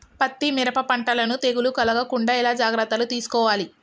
పత్తి మిరప పంటలను తెగులు కలగకుండా ఎలా జాగ్రత్తలు తీసుకోవాలి?